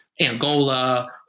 Angola